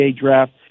draft